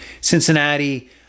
Cincinnati